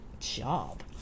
Job